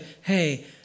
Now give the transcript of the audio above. Hey